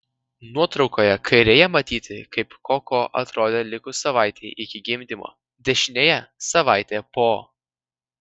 nuotraukoje kairėje matyti kaip koko atrodė likus savaitei iki gimdymo dešinėje savaitė po